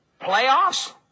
Playoffs